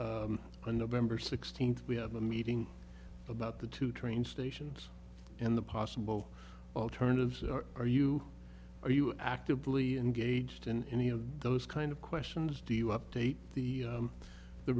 on november sixteenth we have a meeting about the two train stations and the possible alternatives are you are you actively engaged in any of those kind of questions do you update the